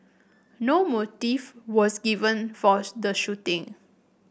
no motive was given for the shooting